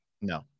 No